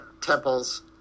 temples